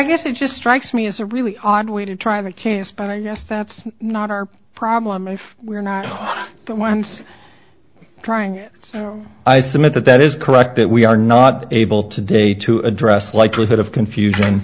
guess it just strikes me as a really odd way to try the case but i guess that's not our problem if we're not the ones trying it so i submit that that is correct that we are not able to date to address likelihood of confusion